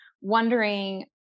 wondering